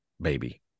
baby